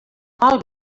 mal